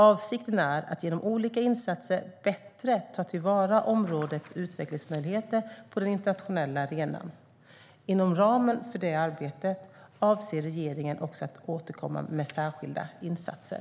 Avsikten är att genom olika insatser bättre ta till vara områdets utvecklingsmöjligheter på den internationella arenan. Inom ramen för det arbetet avser regeringen också att återkomma med särskilda insatser.